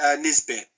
Nisbet